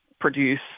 Produce